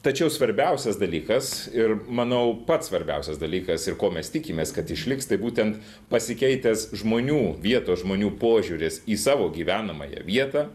tačiau svarbiausias dalykas ir manau pats svarbiausias dalykas ir ko mes tikimės kad išliks tai būtent pasikeitęs žmonių vietos žmonių požiūris į savo gyvenamąją vietą